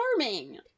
charming